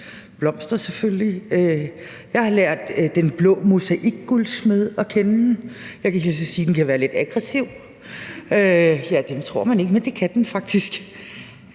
blomster. Jeg har lært den blå mosaikguldsmed at kende – jeg kan hilse at sige, at den kan være lidt aggressiv; det tror man ikke, men det kan den faktisk.